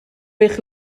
eich